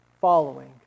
following